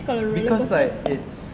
because like it's